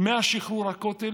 מאז שחרור הכותל,